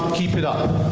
keep it up.